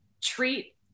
treat